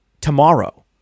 tomorrow